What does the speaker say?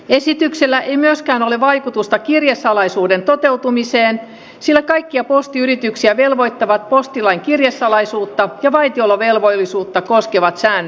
esityksellä ei myöskään ole vaikutusta kirjesalaisuuden toteutumiseen sillä kaikkia postiyrityksiä velvoittavat postilain kirjesalaisuutta ja vaitiolovelvollisuutta koskevat säännökset